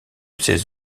ses